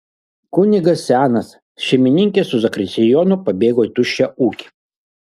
kunigas senas šeimininkė su zakristijonu pabėgo į tuščią ūkį